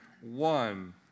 one